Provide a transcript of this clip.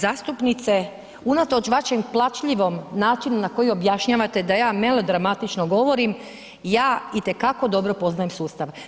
Gđo. zastupnice, unatoč vašem plačljivom načinu na koji objašnjavate da ja melodramatično govorim, ja itekako dobro poznajem sustav.